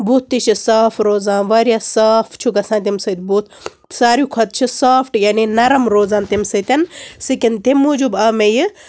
بُتھ تہِ چھِ صاف روزان واریاہ صاف چھُ گژھان تٔمۍ سۭتۍ بُتھ سارِوی کھۄتہٕ چھِ سافٹی یعنے نرم روزان تٔمۍ سۭتۍ سِکِن تٔمۍ موجوٗب آو مےٚ یہِ